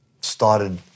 started